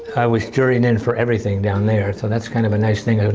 i was juried in for everything down there, so that's kind of a nice thing.